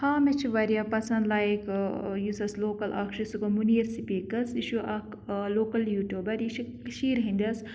ہاں مےٚ چھِ واریاہ پَسنٛد لایک یُس اَسہِ لوکَل اَکھ چھِ سُہ گوٚو مُنیٖر سپیٖکٕس یہِ چھُ اَکھ لوکَل یوٗٹیوٗبَر یہِ چھِ کٔشیٖرِ ہِنٛدِس